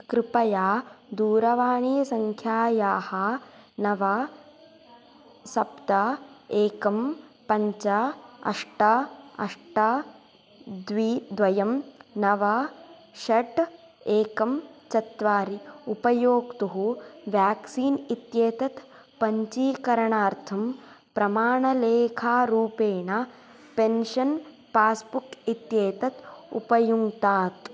कृपया दूरवाणीसङ्ख्यायाः नव सप्त एकं पञ्च अष्ट अष्ट द्वि द्वयं नव षट् एकं चत्वारि उपयोक्तुः वेक्सीन् इत्येतत् पञ्जीकरणार्थं प्रमाणलेखारूपेण पेन्शन् पास्बुक् इत्येतत् उपयुङ्क्तात्